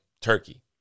Turkey